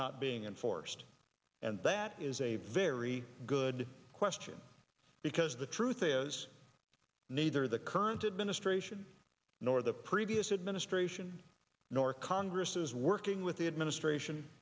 not being enforced and that is a very good question because the truth is neither the current administration nor the previous administration nor congress is working with the administration